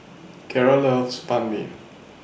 Keara loves Banh MI